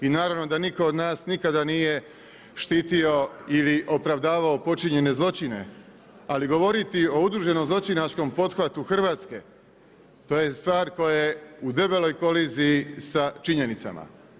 I naravno da nitko od nas nikada nije štitio ili opravdavao počinjene zločine, ali govoriti o udruženom zločinačkom pothvatu Hrvatske to je stvar koja je u debeloj koliziji sa činjenicama.